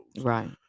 Right